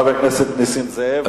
חבר הכנסת נסים זאב,